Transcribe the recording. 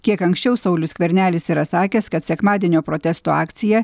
kiek anksčiau saulius skvernelis yra sakęs kad sekmadienio protesto akcija